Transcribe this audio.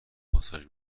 ماساژ